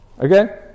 Okay